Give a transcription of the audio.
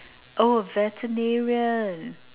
oh veterinarian